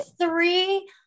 three